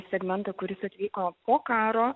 segmentą kuris atvyko po karo